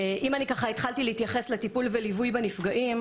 אם התחלתי להתייחס לטיפול וליווי בנפגעים,